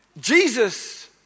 Jesus